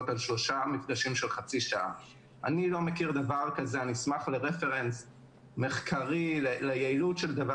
להציע שלושה מפגשי התערבות אני לא מדברת על טיפול של 30